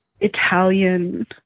Italian